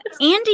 Andy